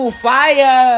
fire